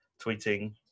tweeting